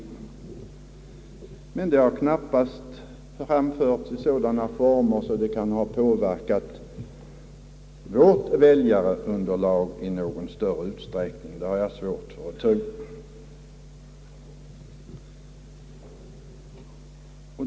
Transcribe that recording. Detta har dock knappast framförts i sådana former att det kan ha påverkat vårt väljarunderlag i någon större utsträckning.